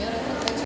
Hvala